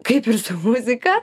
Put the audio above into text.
kaip ir su muzika